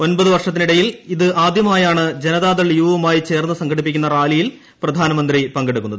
ഒൻപത് വർഷത്തിനിടയിൽ ഇത് ആദ്യമായാണ് ജനതാദൾ യു വുമായി ചേർന്ന് സംഘടിപ്പിക്കുന്ന റാലിയിൽ പ്രധാനമന്ത്രി പങ്കെടുക്കുന്നത്